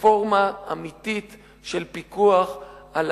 רפורמה אמיתית של פיקוח על